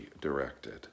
directed